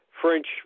French